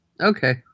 Okay